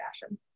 fashion